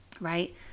Right